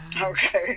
Okay